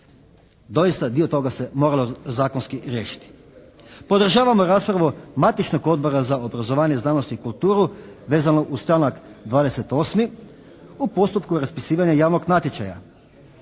Doista dio toga se moralo zakonski riješiti. Podržavamo raspravu matičnog Odbora za obrazovanje, znanost i kulturu vezano uz članak 28. u postupku raspisivanja javnog natječaja.